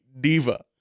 Diva